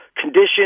condition